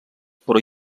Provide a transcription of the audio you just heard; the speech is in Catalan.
però